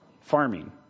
farming